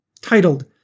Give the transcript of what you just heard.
titled